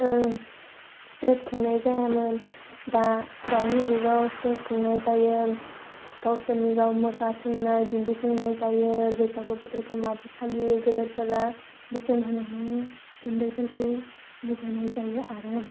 stage खुंनाय जायामोन दा दानि जुगाव स्टेज खुंनाय जायो गावसोरनि गाव मोसाथिंनाय दिन्थिफुंनाय जायो आरो बैसागो बोथोरखौ मादि फालियो गेदेरफोरा बोसोन होनानै उन्दैफोरखौ बुजायनाय जायो आरो